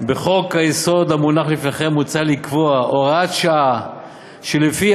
בחוק-היסוד המונח לפניכם מוצע לקבוע הוראת שעה שלפיה